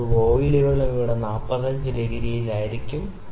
ചിലപ്പോൾ വോയ്ലുകളും ഇവിടെ 45 ഡിഗ്രിയിൽ ആയിരിക്കും